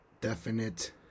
definite